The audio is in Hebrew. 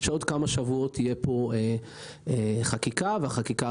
שבעוד כמה שבועות תהיה פה חקיקה שתתקדם